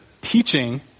teaching